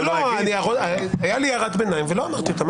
לא, הייתה לי הערת ביניים ולא אמרתי אותה.